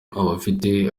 abafite